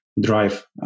drive